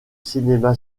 cinéma